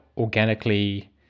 organically